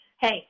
hey